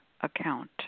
account